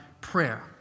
prayer